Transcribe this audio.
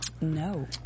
No